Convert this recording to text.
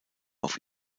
auf